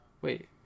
wait